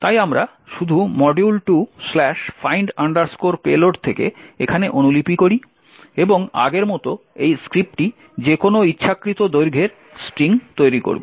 তাই আমরা শুধু module2find payload থেকে এখানে অনুলিপি করি এবং আগের মতো এই স্ক্রিপ্টটি যেকোন ইচ্ছাকৃত দৈর্ঘ্যের স্ট্রিং তৈরি করবে